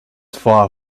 far